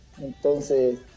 Entonces